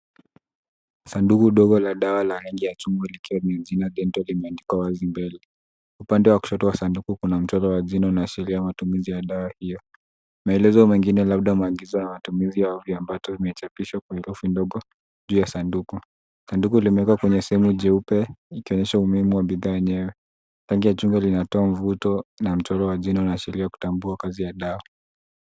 Sanduku dogo la dawa la rangi ya chungwa likiwa na jina dentol limeandikwa wazi mbele. Upande wa kushoto wa sanduku, kuna mchoro wa jina unaashiria matumizi ya dawa hiyo. Maelezo mengine labda maelezo mengine labda matumizi au viambata imechapishwa kwa herufi ndogo juu ya sanduku. Sanduku limewekwa kwenye sehemu jeupe ikionyesha umuhimu wa bidhaa yenyewe. Rangi ya chungwa linatoa mvuto na mchoro wa jina unaashiria kutambua kazi ya dawa.